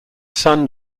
son